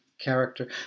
character